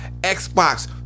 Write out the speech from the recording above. Xbox